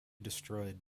destroyed